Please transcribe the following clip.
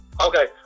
Okay